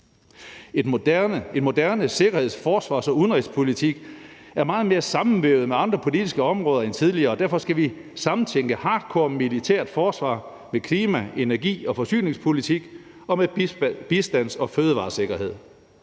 En moderne sikkerheds-, forsvars- og udenrigspolitik er meget mere sammenvævet med andre politiske områder end tidligere, og derfor skal vi sammentænke hardcore militært forsvar med klima-, energi- og forsyningspolitik og med bistandsindsats og fødevaresikkerhed.